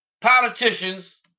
politicians